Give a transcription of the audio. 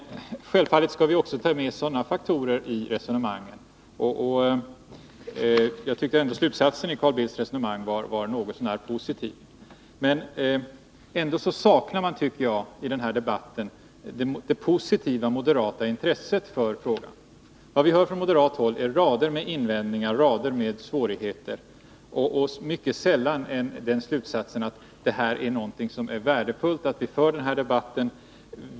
Självfallet skall vi också ta med sådana faktorer i resonemanget. Jag tycker i alla fall att slutsatsen i Carl Bildts resonemang var något så när positiv. Ändå tycker jag att det positiva intresset från moderat sida saknas i den här frågan. Från moderat håll hör man bara en rad invändningar. Dessutom talar man om en rad svårigheter. Sällan hör man moderaterna dra slutsatsen att det är värdefullt att vi för den här debatten.